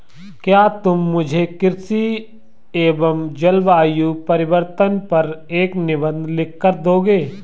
क्या तुम मुझे कृषि एवं जलवायु परिवर्तन पर एक निबंध लिखकर दोगे?